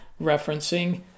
referencing